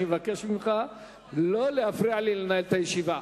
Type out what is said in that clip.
אני מבקש ממך לא להפריע לי לנהל את הישיבה.